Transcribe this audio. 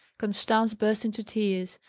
constance burst into tears.